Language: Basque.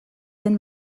den